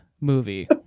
movie